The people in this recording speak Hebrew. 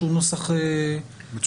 שהוא נוסח באמצע.